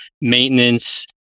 maintenance